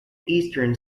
eastern